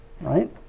right